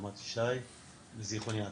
רמת ישי וזכרון יעקב.